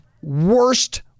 worst